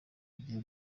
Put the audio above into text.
ugiye